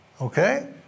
Okay